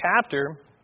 chapter